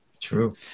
True